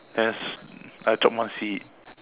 then I I chope one seat